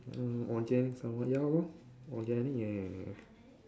mm organic some more ya lor organic eh